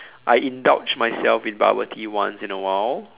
I indulge myself in bubble tea once in a while